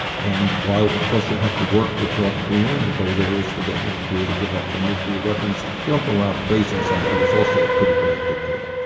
and while of course you have to work with north korea, and the goal there is to get north korea to give up their nuclear weapons, you don't go around praising somebody who's also a pretty bad dictator.